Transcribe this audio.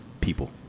people